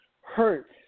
hurt